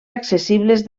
accessibles